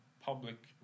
public